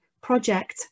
project